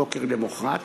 בבוקר למחרת,